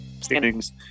standings